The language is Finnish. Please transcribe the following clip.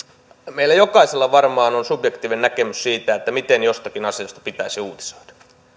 meillä jokaisella varmaan on subjektiivinen näkemys siitä miten jostakin asiasta pitäisi uutisoida